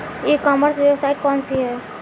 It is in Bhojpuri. ई कॉमर्स वेबसाइट कौन सी है?